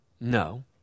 No